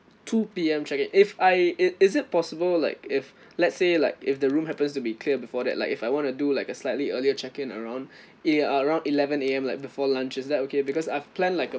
two P_M check-in if I is is it possible like if let's say like if the room happens to be clear before that like if I want to do like a slightly earlier check-in around ya around eleven A_M like before lunch is that okay because I've planned like a